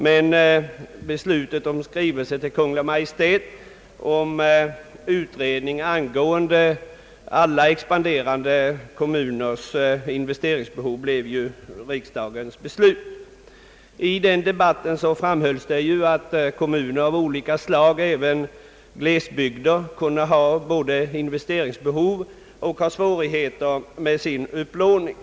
Riksdagens beslut innebar en skrivelse till Kungl. Maj:t om utredning angående alla ex panderande kommuners investeringsbehov. I debatten framhölls att kommuner av olika slag — även glesbygdskommuner — kunde ha både investeringsbehov och svårigheter med sin upplåning.